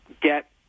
get